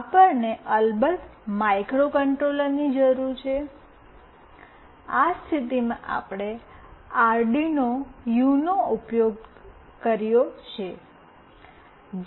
આપણને અલબત્ત માઇક્રોકન્ટ્રોલરની જરૂર છે આ સ્થિતિમાં આપણે અરડિનો યુનોનો ઉપયોગ કર્યો છે